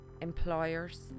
Employers